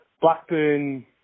Blackburn